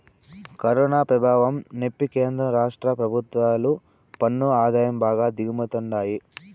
corona పెభావం సెప్పి కేంద్ర రాష్ట్ర పెభుత్వాలు పన్ను ఆదాయం బాగా దిగమింగతండాయి